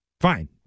Fine